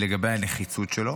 ולגבי הנחיצות שלו,